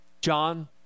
John